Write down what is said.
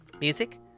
music